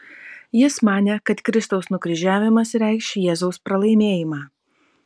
jis manė kad kristaus nukryžiavimas reikš jėzaus pralaimėjimą